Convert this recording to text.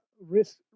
risk